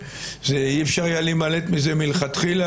אי-אפשר היה להימלט מזה מלכתחילה,